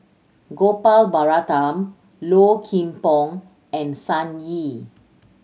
Gopal Baratham Low Kim Pong and Sun Yee